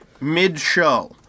mid-show